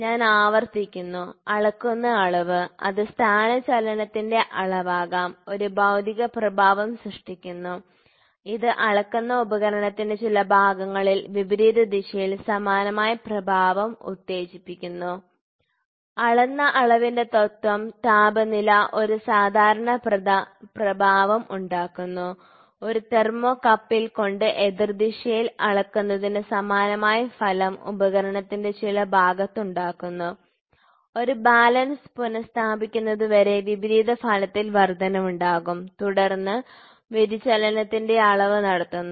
ഞാൻ ആവർത്തിക്കുന്നു അളക്കുന്ന അളവ് അത് സ്ഥാനചലനത്തിന്റെ അളവാകാം ഒരു ഭൌതിക പ്രഭാവം സൃഷ്ടിക്കുന്നു ഇത് അളക്കുന്ന ഉപകരണത്തിന്റെ ചില ഭാഗങ്ങളിൽ വിപരീത ദിശയിൽ സമാനമായ പ്രഭാവം ഉത്തേജിപ്പിക്കുന്നു അളന്ന അളവിന്റെ തത്വം താപനില ഒരു സാധാരണ പ്രഭാവം ഉണ്ടാക്കുന്നു ഒരു തെർമോകപ്പിൽ കൊണ്ട് എതിർദിശയിൽ അളക്കുന്നതിനു സമാനമായ ഫലം ഉപകരണത്തിന്റെ ചില ഭാഗത്ത് ഉണ്ടാക്കുന്നു ഒരു ബാലൻസ് പുനസ്ഥാപിക്കുന്നതുവരെ വിപരീത ഫലത്തിൽ വർദ്ധനവുണ്ടാകും തുടർന്ന് വ്യതിചലനത്തിന്റെ അളവ് നടത്തുന്നു